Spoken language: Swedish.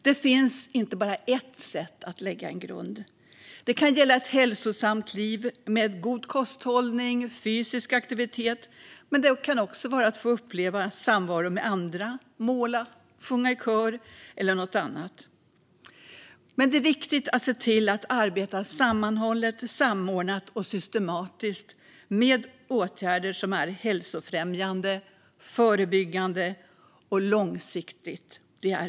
Det finns inte bara ett sätt att lägga en grund. Det kan gälla ett hälsosamt liv med god kosthållning och fysisk aktivitet, men det kan också handla om att få uppleva samvaro med andra, måla, sjunga i kör eller något annat. Men det är viktigt att se till att arbeta sammanhållet, samordnat och systematiskt med åtgärder som är hälsofrämjande, förebyggande och långsiktiga.